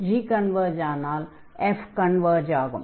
g converge ஆனால் f converge ஆகும்